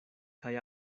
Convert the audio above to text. kaj